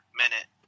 minute